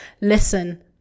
Listen